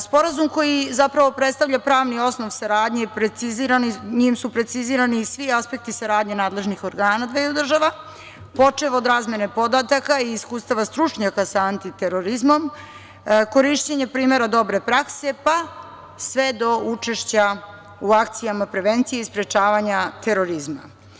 Sporazum koji zapravo predstavlja pravni osnov saradnje, njime su precizirani i svi aspekti saradnje nadležnih organa dveju država, počev od razmene podataka i iskustava stručnjaka sa antiterorizmom, korišćenje primera dobre prakse, pa sve do učešća u akcijama prevencije i sprečavanja terorizma.